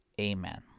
Amen